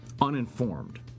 uninformed